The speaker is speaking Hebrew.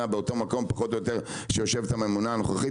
באותו מקום שיושבת הממונה הנוכחית,